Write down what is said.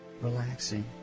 relaxing